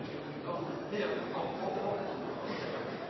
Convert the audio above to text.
alle dei åra